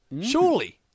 Surely